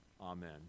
Amen